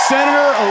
Senator